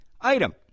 Item